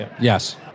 Yes